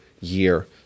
year